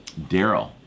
Daryl